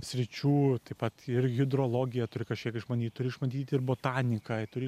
sričių taip pat ir hidrologiją turi kažkiek išmanyt turi išmanyti ir botaniką turi